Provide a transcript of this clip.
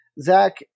Zach